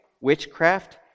witchcraft